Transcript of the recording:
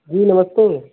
जी नमस्ते